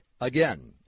Again